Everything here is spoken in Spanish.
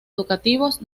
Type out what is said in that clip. educativos